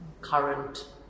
current